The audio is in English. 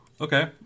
Okay